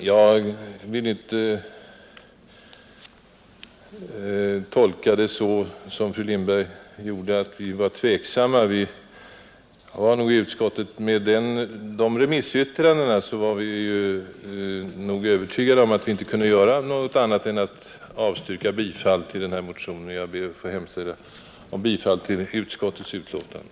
Jag vill sedan inte tolka utskottets skrivning så som fru Lindberg gjorde, att vi skulle varit tveksamma — med hänsyn till remissyttrandenas innehåll var vi nog i utskottet helt övertygade om att vi inte kunde göra något annat än att avstyrka bifall till motionen. Jag ber att få yrka bifall till utskottets hemställan.